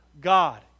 God